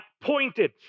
pointed